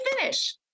finish